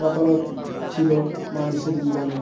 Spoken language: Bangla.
কত রকম ছিল মানুষের জীবনে